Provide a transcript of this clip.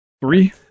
Three